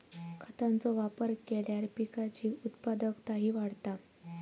खतांचो वापर केल्यार पिकाची उत्पादकताही वाढता